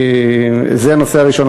זה הנושא הראשון.